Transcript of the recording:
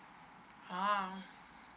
ah